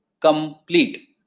complete